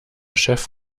chef